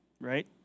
right